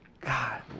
God